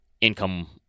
income